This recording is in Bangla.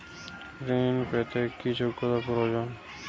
ঋণ পেতে কি যোগ্যতা প্রয়োজন?